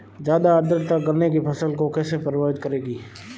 ज़्यादा आर्द्रता गन्ने की फसल को कैसे प्रभावित करेगी?